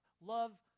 Love